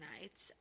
nights